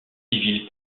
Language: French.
civile